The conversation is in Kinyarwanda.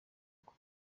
uku